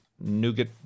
nougat